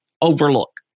overlook